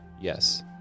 yes